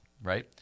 Right